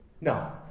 No